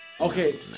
Okay